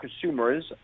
consumers